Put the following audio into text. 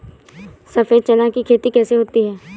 सफेद चना की खेती कैसे होती है?